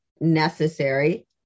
necessary